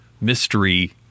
mystery